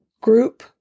group